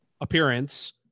appearance